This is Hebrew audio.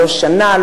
לא שנה,